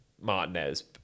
Martinez